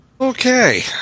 okay